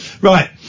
Right